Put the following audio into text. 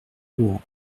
rouen